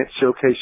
showcase